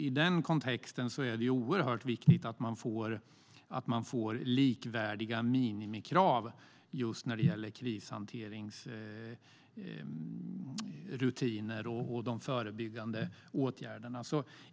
I denna kontext är det viktigt att vi får likvärdiga minimikrav när det gäller krishanteringsrutiner och förebyggande åtgärder.